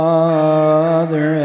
Father